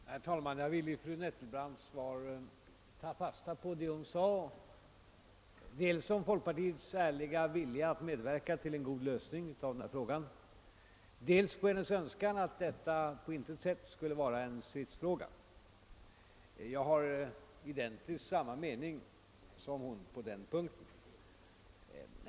Herr talman! Jag vill ta fasta dels på vad fru Nettelbrandt sade om folkpartiets ärliga vilja att medverka till en god lösning av denna fråga, dels på hennes önskan att detta på intet sätt skall vara en stridsfråga. Jag har exakt samma mening som fru Nettelbrandt på denna punkt.